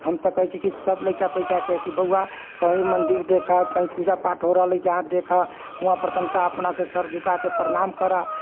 हम तऽ कहैत छी कि सभ लैका पैकाके कि बौआ कहीँ मन्दिर देखह कहीँ पूजा पाठ हो रहल अइ जहाँ देखह वहाँपर तनिका अपनासँ सर झुका कऽ प्रणाम करह